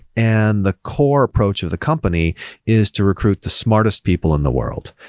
and the core approach of the company is to recruit the smartest people in the world.